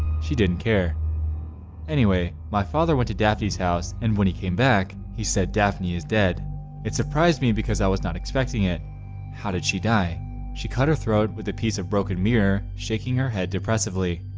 she didn't care anyway, my father went to daphne's house and when he came back, he said daphne is dead it surprised me because i was not expecting it how did she die she cut her throat with a piece of broken mirror shaking her head depressively.